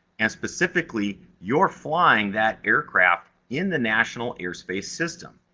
and specifically, you're flying that aircraft in the national airspace system.